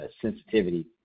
sensitivity